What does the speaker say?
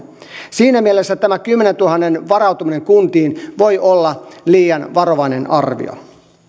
siinä mielessä tämä kymmeneentuhanteen varautuminen kunnissa voi olla liian varovainen arvio